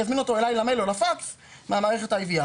אני אזמין אותו אליי למייל או לפקס ממערכת ה-IVR,